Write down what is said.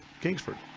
Kingsford